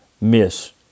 miss